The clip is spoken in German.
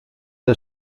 der